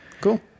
Cool